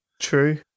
True